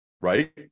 right